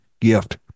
gift